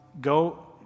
go